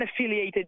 unaffiliated